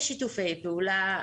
יש שיתופי פעולה.